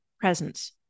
presence